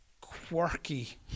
quirky